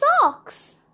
socks